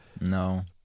No